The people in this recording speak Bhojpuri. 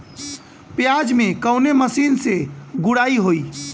प्याज में कवने मशीन से गुड़ाई होई?